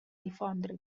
difondre